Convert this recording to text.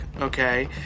okay